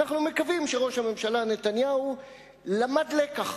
אנו מקווים שראש הממשלה נתניהו למד לקח,